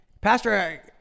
Pastor